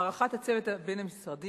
הערכת הצוות הבין-משרדי,